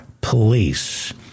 police